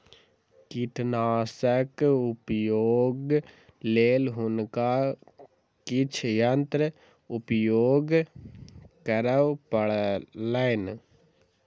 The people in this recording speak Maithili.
कीटनाशकक उपयोगक लेल हुनका किछ यंत्र उपयोग करअ पड़लैन